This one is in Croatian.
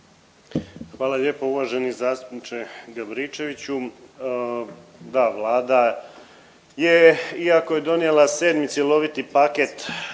Hvala lijepo uvaženi zastupniče Gabričeviću, da Vlada je iako je donijela sedmi cjeloviti paket